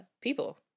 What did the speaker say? people